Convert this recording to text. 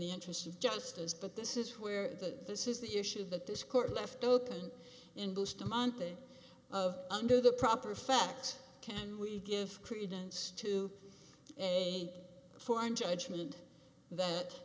the interest of justice but this is where the this is the issue that this court left open in bustamante of under the proper facts can we give credence to a foreign judgment that